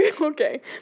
Okay